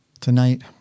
tonight